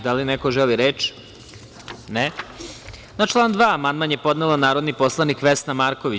Da li neko želi reč? (Ne.) Na član 2. amandman je podnela narodni poslanik Vesna Marković.